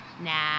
Nah